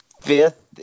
fifth